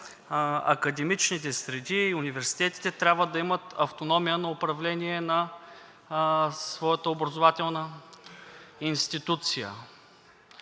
академичните среди и университетите трябва да имат автономия на управление на своята образователна институция.